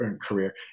career